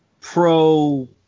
pro